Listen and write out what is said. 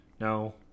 No